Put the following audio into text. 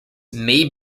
may